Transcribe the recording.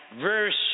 Verse